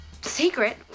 Secret